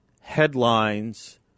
headlines